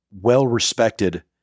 well-respected